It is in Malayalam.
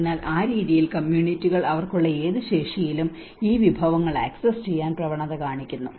അതിനാൽ ആ രീതിയിൽ കമ്മ്യൂണിറ്റികൾ അവർക്കുള്ള ഏത് ശേഷിയിലും ഈ വിഭവങ്ങൾ ആക്സസ് ചെയ്യാൻ പ്രവണത കാണിക്കുന്നു